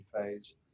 phase